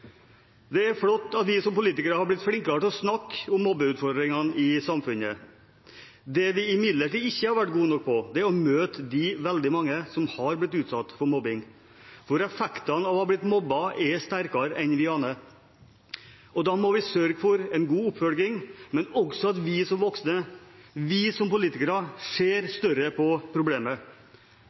Det er flott at vi som politikere har blitt flinkere til å snakke om mobbeutfordringene i samfunnet. Det vi imidlertid ikke har vært gode nok på, er å møte de veldig mange som har blitt utsatt for mobbing. Effektene av å ha blitt mobbet er sterkere enn vi aner, og da må vi sørge for en god oppfølging og også at vi som voksne, vi som politikere, ser større på problemet.